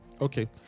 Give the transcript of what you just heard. Okay